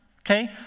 okay